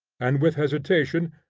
and with hesitation,